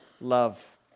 love